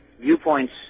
viewpoints